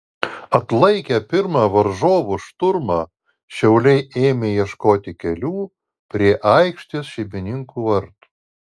atlaikę pirmą varžovų šturmą šiauliai ėmė ieškoti kelių prie aikštės šeimininkų vartų